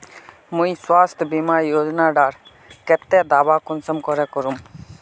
मुई स्वास्थ्य बीमा योजना डार केते दावा कुंसम करे करूम?